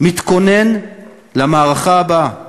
מתכונן למערכה הבאה.